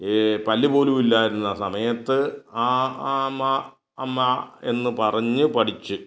പല്ലുപോലും ഇല്ലാതിരുന്ന സമയത്ത് അ ആ മ്മ അമ്മ എന്നു പറഞ്ഞ് പഠിച്ച്